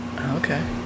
Okay